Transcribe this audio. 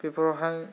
बेफोरावहाय